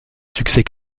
succès